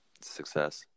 Success